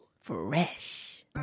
Fresh